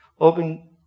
Open